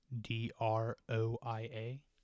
D-R-O-I-A